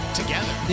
together